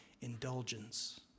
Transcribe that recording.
indulgence